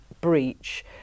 breach